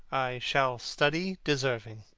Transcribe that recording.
shall study deserving.